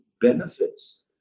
benefits